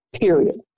period